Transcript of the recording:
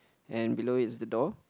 and below is the door